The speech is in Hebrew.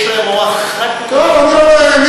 יש להם הוראה חד-משמעית,